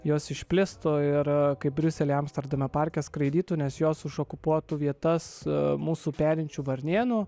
jos išplėstų ir kaip briuselyje amsterdame parke skraidytų nes jos už okupuotų vietas mūsų perinčių varnėnų